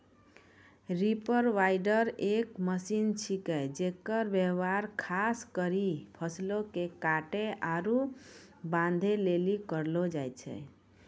reaper binder एक machine छिकै जेकर व्यवहार खास करी फसल के काटै आरू बांधै लेली करलो जाय छै